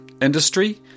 industry